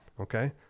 Okay